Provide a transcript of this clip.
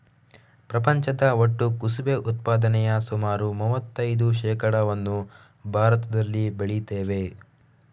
ಪ್ರಪಂಚದ ಒಟ್ಟು ಕುಸುಬೆ ಉತ್ಪಾದನೆಯ ಸುಮಾರು ಮೂವತ್ತೈದು ಶೇಕಡಾವನ್ನ ಭಾರತದಲ್ಲಿ ಬೆಳೀತೇವೆ